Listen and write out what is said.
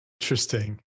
Interesting